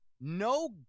No